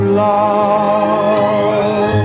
love